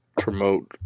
promote